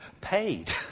paid